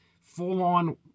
full-on